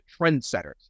trendsetters